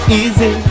easy